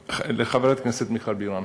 לחברת הכנסת מיכל בירן: